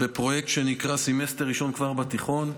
בפרויקט שנקרא "סמסטר ראשון כבר בתיכון",